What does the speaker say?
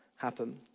happen